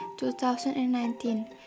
2019